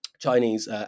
Chinese